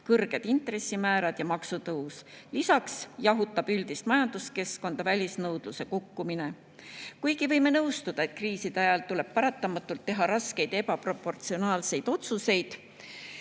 kõrged intressimäärad ja maksutõus. Lisaks jahutab üldist majanduskeskkonda välisnõudluse kukkumine. Kuigi võime nõustuda, et kriiside ajal tuleb paratamatult teha raskeid ja ebaproportsionaalseid otsuseid,